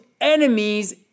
enemies